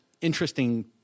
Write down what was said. interesting